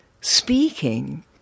speaking